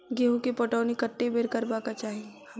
गेंहूँ केँ पटौनी कत्ते बेर करबाक चाहि?